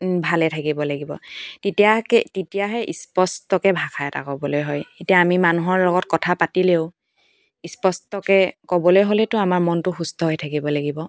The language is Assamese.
ভালে থাকিব লাগিব তেতিয়াকে তেতিয়াহে স্পষ্টকৈ ভাষা এটা ক'বলৈ হয় এতিয়া আমি মানুহৰ লগত কথা পাতিলেও স্পষ্টকৈ ক'বলৈ হ'লেতো মনটো সুস্থ হৈ থাকিব লাগিব